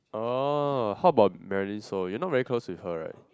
oh how about Marilynn-Soh you not very close with her right